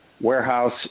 warehouse